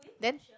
then